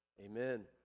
Amen